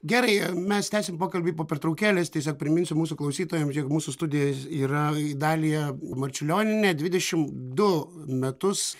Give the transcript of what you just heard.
gerai mes tęsim pokalbį po pertraukėlės tiesiog priminsiu mūsų klausytojam jog mūsų studijoj yra idalija marčiulionienė dvidešimt du metus